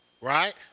Right